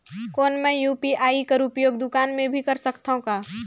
कौन मै यू.पी.आई कर उपयोग दुकान मे भी कर सकथव का?